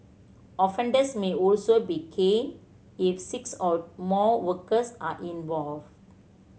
offenders may also be caned if six or more workers are involved